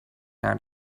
naar